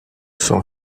son